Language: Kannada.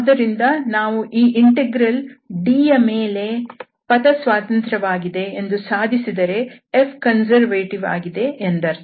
ಆದ್ದರಿಂದ ನಾವು ಈ ಇಂಟೆಗ್ರಲ್ D ಯ ಮೇಲೆ ಪಥ ಸ್ವತಂತ್ರವಾಗಿದೆ ಎಂದು ಸಾಧಿಸಿದರೆ Fಕನ್ಸರ್ವೇಟಿವ್ ಆಗಿದೆ ಎಂದರ್ಥ